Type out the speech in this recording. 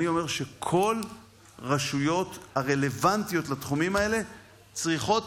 אני אומר שכל הרשויות הרלוונטיות לתחומים האלה צריכות